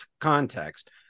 context